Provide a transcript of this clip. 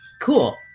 cool